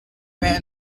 man